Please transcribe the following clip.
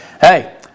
hey